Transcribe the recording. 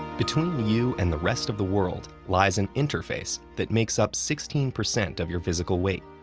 between you and the rest of the world lies an interface that makes up sixteen percent of your physical weight.